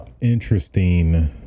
interesting